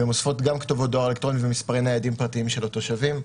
ומוספות גם כתובות דואר אלקטרוני ומספרי ניידים פרטיים של התושבים.